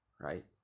Right